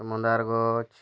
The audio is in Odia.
ମନ୍ଦାର୍ ଗଛ୍